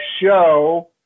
show